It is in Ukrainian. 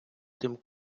тим